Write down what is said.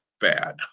bad